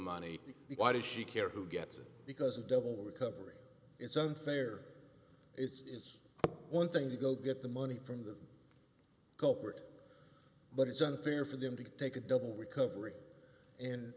the why does she care who gets it because a double recovery it's unfair it's one thing to go get the money from the culprit but it's unfair for them to take a double recovery